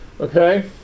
Okay